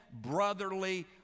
brotherly